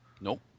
Nope